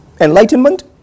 Enlightenment